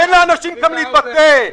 תן לאנשים להתבטא.